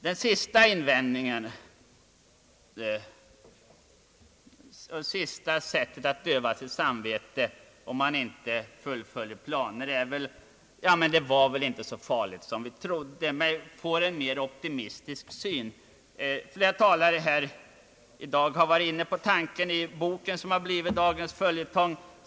Den sista möjligheten att döva sitt samvete i detta avseende är att säga till sig själv att läget inte är så farligt som man trott, dvs. att man skaffar sig en mera optimistisk syn. Flera talare i dag har tagit upp tankegångar i den bok som blivit debattens följetong.